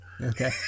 Okay